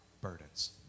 burdens